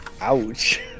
Ouch